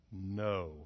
no